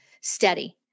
steady